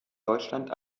deutschland